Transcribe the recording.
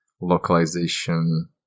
localization